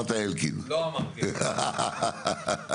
הצבעה בעד 5 נגד 7